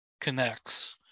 connects